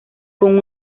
con